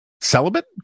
celibate